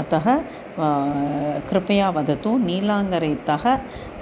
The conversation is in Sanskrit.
अतः कृपया वदतु नीलाङ्गरैतः